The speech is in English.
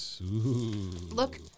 Look